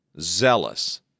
zealous